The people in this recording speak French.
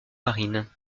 marine